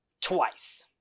twice